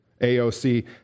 AOC